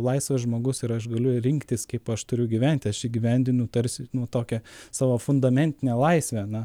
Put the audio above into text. laisvas žmogus ir aš galiu rinktis kaip aš turiu gyventi aš įgyvendinu tarsi nu tokią savo fundamentinę laisvę na